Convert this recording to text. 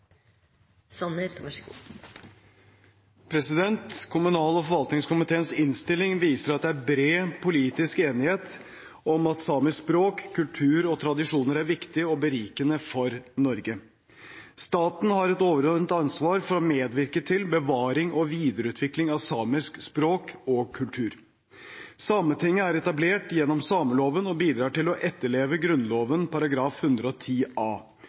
bred politisk enighet om at samisk språk, kultur og tradisjoner er viktig og berikende for Norge. Staten har et overordnet ansvar for å medvirke til bevaring og videreutvikling av samisk språk og kultur. Sametinget er etablert gjennom sameloven og bidrar til å etterleve Grunnloven § 110 a.